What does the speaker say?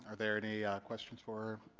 are there any questions for.